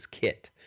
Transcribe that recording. Kit